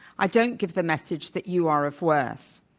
i don't give the message that you are of worth.